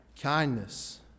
kindness